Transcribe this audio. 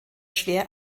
schwer